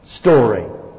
story